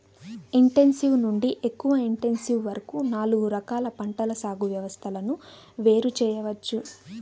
intensive నుండి ఎక్కువ intensive వరకు నాలుగు రకాల పంటల సాగు వ్యవస్థలను వేరు చేయవచ్చు